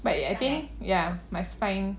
but I think ya must find